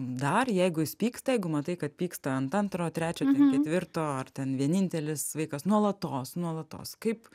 dar jeigu jis pyksta jeigu matai kad pyksta ant antro trečio ketvirto ar ten vienintelis vaikas nuolatos nuolatos kaip